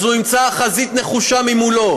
אז הוא ימצא חזית נחושה מולו.